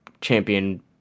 champion